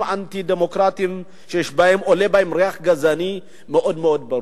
אנטי-דמוקרטיים שעולה מהם ריח גזעני מאוד ברור,